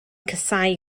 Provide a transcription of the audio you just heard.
casáu